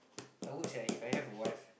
I would sia if I have a wife